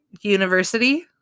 university